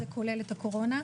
זה כולל את הקורונה.